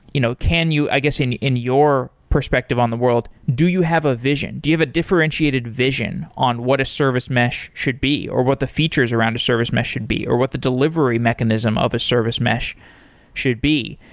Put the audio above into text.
you know i guess in in your perspective on the world, do you have a vision? do you have a differentiated vision on what a service mesh should be or what the features around a service mesh should be or what the delivery mechanism of a service mesh should be,